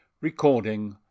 Recording